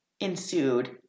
ensued